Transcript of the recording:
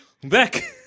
back